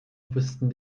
wussten